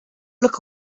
look